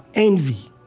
envy.